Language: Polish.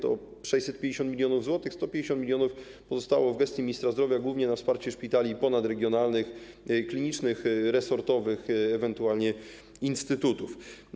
To 650 mln zł - 150 mln pozostało w gestii Ministra Zdrowia - głównie na wsparcie szpitali ponadregionalnych, klinicznych, resortowych, ewentualnie instytutów.